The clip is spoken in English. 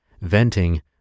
venting